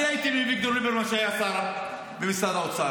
אני הייתי עם אביגדור ליברמן כשהיה שר במשרד האוצר,